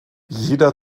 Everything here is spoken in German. jeder